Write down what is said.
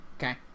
Okay